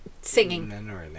singing